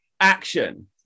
action